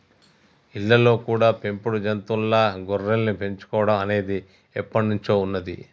ఇళ్ళల్లో కూడా పెంపుడు జంతువుల్లా గొర్రెల్ని పెంచుకోడం అనేది ఎప్పట్నుంచో ఉన్నది